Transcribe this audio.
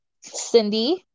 Cindy